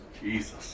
Jesus